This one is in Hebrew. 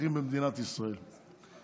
האזרחים במדינת ישראל.